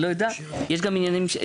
אני לא יודעת יש גם עניין של...